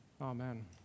Amen